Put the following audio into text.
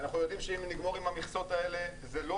אנחנו יודעים שאם נגמור עם המכסות האלה זה לא